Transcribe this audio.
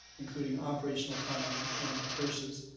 including operational funding and purses.